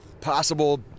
possible